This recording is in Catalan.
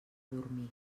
dormir